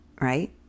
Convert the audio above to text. Right